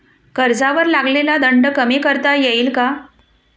कर्जावर लागलेला दंड कमी करता येईल का?